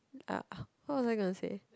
ah what was i going to say